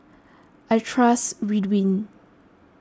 I trust Ridwind